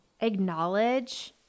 acknowledge